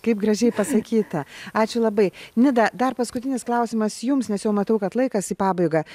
kaip gražiai pasakyta ačiū labai nida dar paskutinis klausimas jums nes jau matau kad laikas į pabaigą